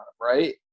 right